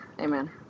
Amen